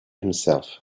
himself